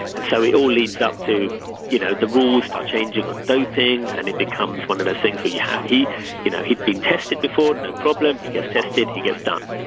and so it all leads up to you know the rules are changing and doping. and it becomes one of those things that yeah he you know he'd been tested before. no problem. he gets tested he gets done.